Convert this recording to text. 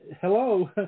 hello